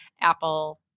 Apple